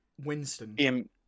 Winston